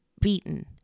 beaten